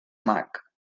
mac